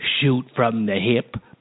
shoot-from-the-hip